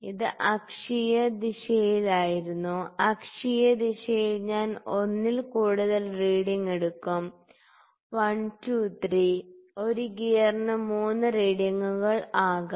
ഇത് അക്ഷീയ ദിശയിലായിരുന്നു അക്ഷീയ ദിശയിൽ ഞാൻ ഒന്നിൽ കൂടുതൽ റീഡിങ് എടുക്കും 1 2 3 ഒരു ഗിയറിന് 3 റീഡിംഗുകൾ ആകാം